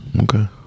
okay